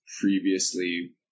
previously